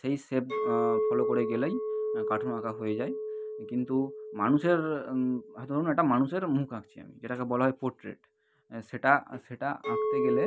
সেই shape follow করে গেলেই কার্টুন আঁকা হয়ে যায় কিন্তু মানুষের ধরুন একটা মানুষের মুখ আঁকছি আমি যেটা বলা হয় পোর্ট্রেট সেটা সেটা আঁকতে গেলে